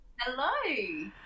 Hello